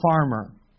farmer